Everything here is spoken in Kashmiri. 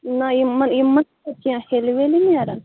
نہ یِمَن یِم ما چھِ کیٚنہہ ہٮ۪لہِ وٮ۪لہِ نیران